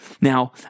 Now